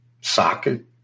socket